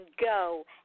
go